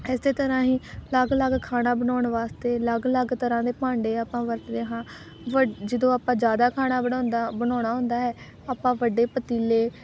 ਇਸ ਤਰ੍ਹਾਂ ਹੀ ਅਲੱਗ ਅਲੱਗ ਖਾਣਾ ਬਣਾਉਣ ਵਾਸਤੇ ਅਲੱਗ ਅਲੱਗ ਤਰ੍ਹਾਂ ਦੇ ਭਾਂਡੇ ਆਪਾਂ ਵਰਤਦੇ ਹਾਂ ਵ ਜਦੋਂ ਆਪਾਂ ਜ਼ਿਆਦਾ ਖਾਣਾ ਬਣਾਉਂਦਾ ਬਣਾਉਣਾ ਹੁੰਦਾ ਹੈ ਆਪਾਂ ਵੱਡੇ ਪਤੀਲੇ